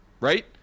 right